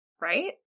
right